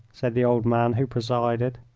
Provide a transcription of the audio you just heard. said the old man who presided.